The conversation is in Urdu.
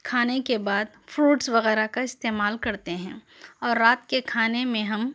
کھانے کے بعد فروٹس وغیرہ کا استعمال کرتے ہیں اور رات کے کھانے میں ہم